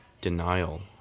Denial